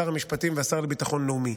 שר המשפטים והשר לביטחון לאומי.